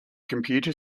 computer